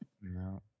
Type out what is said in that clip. no